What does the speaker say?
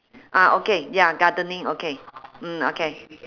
ah okay ya gardening okay mm okay